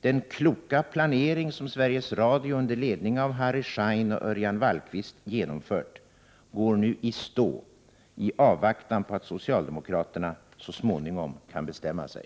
Den kloka planering som Sveriges Radio under ledning av Harry Schein och Örjan Wallquist genomfört går nu i stå i avvaktan på att socialdemokraterna så småningom kan bestämma sig.